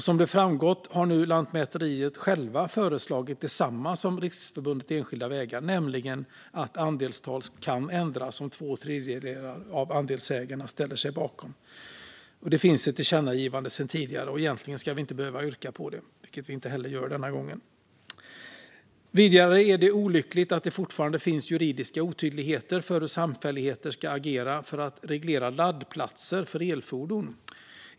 Som framgått har Lantmäteriet nu själva föreslagit detsamma som Riksförbundet Enskilda Vägar, nämligen att ett andelstal ska kunna ändras om två tredjedelar av andelsägarna ställer sig bakom. Det finns ett tillkännagivande sedan tidigare, och egentligen ska vi inte behöva yrka bifall till det, vilket vi inte heller gör denna gång. Vidare är det olyckligt att det fortfarande finns juridiska otydligheter när det gäller hur samfälligheter ska agera för att reglera laddplatser för elfordon.